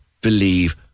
believe